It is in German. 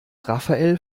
rafael